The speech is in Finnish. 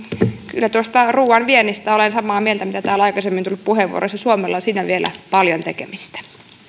kyllä tuosta ruuan viennistä olen samaa mieltä mitä täällä on aikaisemmin tullut puheenvuoroissa suomella on siinä vielä paljon tekemistä